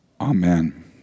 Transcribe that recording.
Amen